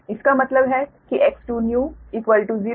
इसका मतलब है कि X2new 01548 प्रति यूनिट